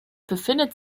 befindet